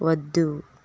వద్దు